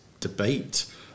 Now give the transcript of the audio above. debate